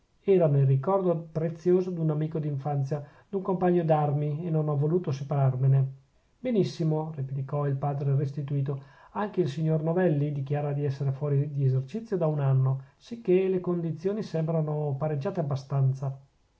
erano il ricordo prezioso d'un amico d'infanzia d'un compagno d'armi e non ho voluto separarmene benissimo replicò il padre restituto anche il signor novelli dichiara di esser fuori di esercizio da un anno sicchè le condizioni sembrano pareggiate abbastanza